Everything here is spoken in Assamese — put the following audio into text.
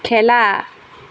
খেলা